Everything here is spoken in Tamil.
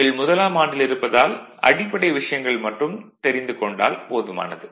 நீங்கள் முதலாம் ஆண்டில் இருப்பதால் அடிப்படை விஷயங்கள் மட்டும் தெரிந்து கொண்டால் போதுமானது